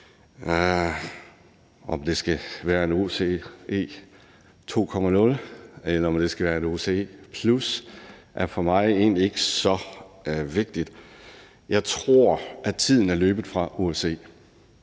Om det skal være OSCE 2.0 eller det skal være OSCE-plus, er for mig egentlig ikke så vigtigt. Jeg tror, at tiden er løbet fra OSCE.